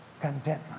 contentment